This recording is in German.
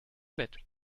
bett